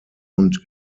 und